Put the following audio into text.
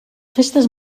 festes